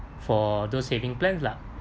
for those savings plans lah